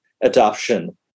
adoption